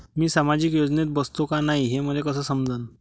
मी सामाजिक योजनेत बसतो का नाय, हे मले कस समजन?